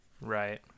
right